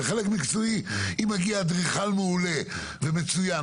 וחלק מקצועי אם מגיע אדריכל מעולה ומצוין,